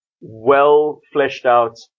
well-fleshed-out